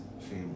family